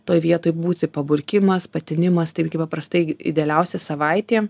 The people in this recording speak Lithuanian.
toj vietoj būti paburkimas patinimas taipgi paprastai idealiausia savaitė